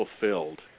fulfilled